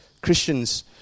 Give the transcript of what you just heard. Christians